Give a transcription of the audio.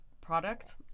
product